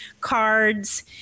cards